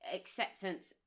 acceptance